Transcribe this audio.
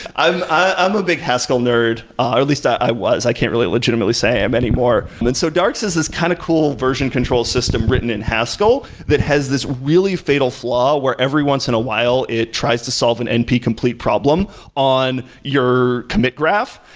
i'm i'm a big haskell nerd, or at least i was. i can't really legitimately say i'm anymore. and so so darcs is this kind of cool version control system written in haskell that has this really fatal flaw where every once in a while it tries to solve an np complete problem on your commit graph.